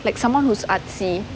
like someone who's artsy